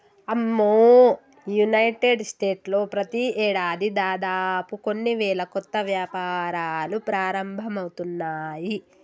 అమ్మో United States లో ప్రతి ఏడాది దాదాపు కొన్ని వేల కొత్త వ్యాపారాలు ప్రారంభమవుతున్నాయి